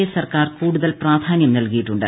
A സർക്കാർ കൂടുതൽ പ്രാധാന്യം നൽകിയിട്ടുണ്ട്